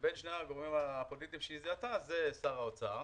שני הגורמים הפוליטיים שהיא זיהתה זה שר האוצר